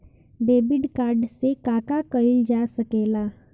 Debit card से का का कइल जा सके ला?